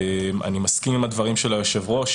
אני מסכים עם הדברים של היושב-ראש,